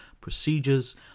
procedures